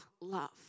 love